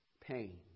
pain